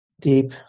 deep